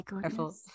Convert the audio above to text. careful